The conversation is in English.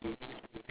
correct